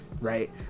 right